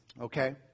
okay